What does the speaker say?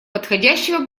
подходящего